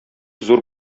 зур